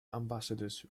ambassadors